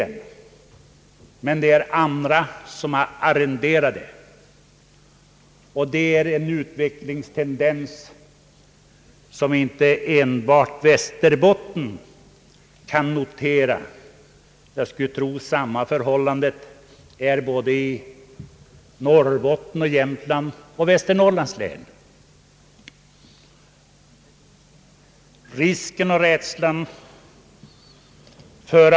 Det är nu ofta andra som har arrenderat jordbruken. Denna utvecklingstendens. noteras inte enbart i Västerbotten. Jag skulle tro att samma förhållande gäller i Norrbottens, Jämtlands och Västernorrlands län. Jag tror inte att rädslan för.